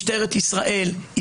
משטרת ישראל,